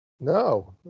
No